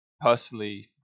personally